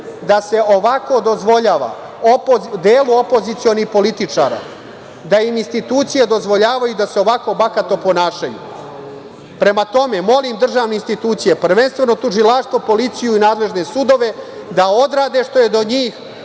da se ovako dozvoljava delu opozicionih političara, da im institucije dozvoljavaju i da se ovako bahato ponašaju. Prema tome, molim državne institucije, prvenstveno Tužilaštvo, policiju i nadležne sudove da odrade što je do njih,